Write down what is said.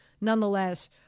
nonetheless